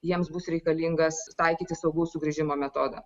jiems bus reikalingas taikyti saugaus sugrįžimo metodą